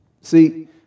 See